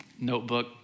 notebook